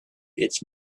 its